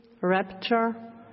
rapture